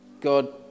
God